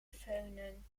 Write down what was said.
föhnen